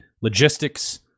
logistics